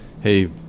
hey